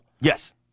Yes